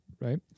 right